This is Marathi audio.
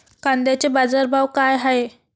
कांद्याचे बाजार भाव का हाये?